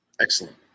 excellent